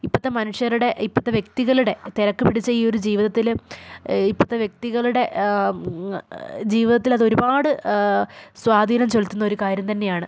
ഇപ്പോഴത്തെ മനുഷ്യരുടെ ഇപ്പോഴത്തെ വ്യക്തികളുടെ തിരക്കുപിടിച്ച ഈ ഒരു ജീവിതത്തിലും ഇപ്പോഴത്തെ വ്യക്തികളുടെ ജീവിതത്തിൽ അതൊരുപാട് സ്വാധീനം ചെലുത്തുന്ന ഒരു കാര്യം തന്നെയാണ്